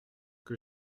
que